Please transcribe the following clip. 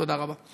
תודה רבה.